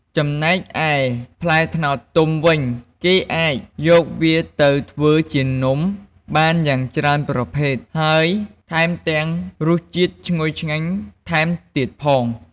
ចំណែកឯផ្លែត្នោតទុំវិញគេអាច យកវាទៅធ្វើជានំបានយ៉ាងច្រើនប្រភេទ ហើយថែមទាំងរសជាតិឈ្ងុយឆ្ងាញ់ថែមទៀតផង។